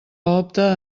opte